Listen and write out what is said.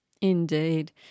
Indeed